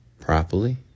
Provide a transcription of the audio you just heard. properly